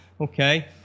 Okay